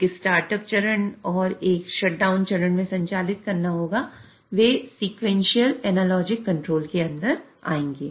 यह start up के अंदर आएंगे